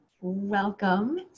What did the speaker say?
welcome